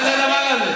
אתה תתבייש.